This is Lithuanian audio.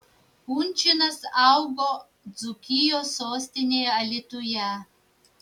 kunčinas augo dzūkijos sostinėje alytuje